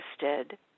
interested